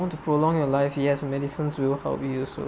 want to prolong your life yes medicines will help use you